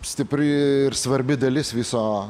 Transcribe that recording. stipri ir svarbi dalis viso